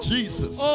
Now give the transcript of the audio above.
Jesus